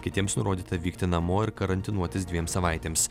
kitiems nurodyta vykti namo ir karantinuotis dviem savaitėms